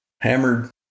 hammered